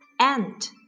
Ant